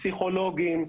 פסיכולוגים.